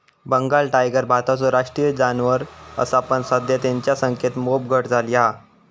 Bengal tiger भारताचो राष्ट्रीय जानवर असा पण सध्या तेंच्या संख्येत मोप घट झाली हा